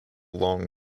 long